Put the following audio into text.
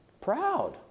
proud